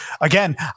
again